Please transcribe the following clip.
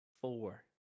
four